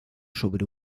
sobre